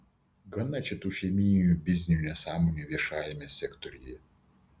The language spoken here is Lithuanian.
gana čia tų šeimyninių biznių nesąmonių viešajame sektoriuje